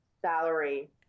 salary